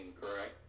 correct